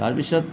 তাৰ পিছত